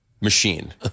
machine